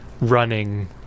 running